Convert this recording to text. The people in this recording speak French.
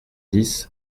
dix